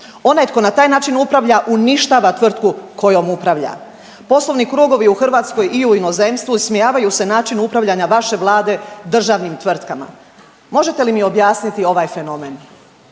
Onaj tko na taj način upravlja uništava tvrtku kojom upravlja. Poslovni krugovi u Hrvatskoj i u inozemstvu ismijavaju se načinu upravljanja vaše vlade državnim tvrtkama. Možete li mi objasniti ovaj fenomen.